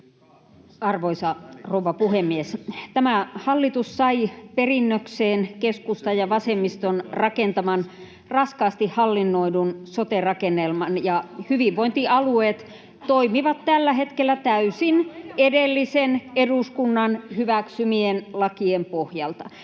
Arvoisa rouva puhemies! Tämä hallitus sai perinnökseen keskustan ja vasemmiston rakentaman raskaasti hallinnoidun sote-rakennelman, ja hyvinvointialueet toimivat tällä hetkellä täysin edellisen eduskunnan hyväksymien lakien pohjalta.